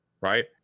right